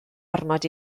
ormod